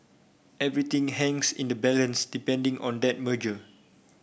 everything hangs in the balance depending on that merger